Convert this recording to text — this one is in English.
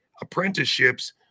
apprenticeships